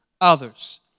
others